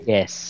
Yes